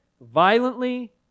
violently